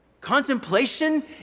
Contemplation